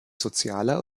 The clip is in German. sozialer